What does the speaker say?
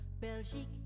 Belgique